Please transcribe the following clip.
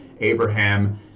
Abraham